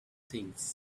things